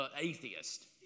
atheist